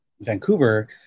Vancouver